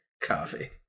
coffee